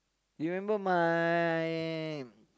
remember my